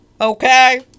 okay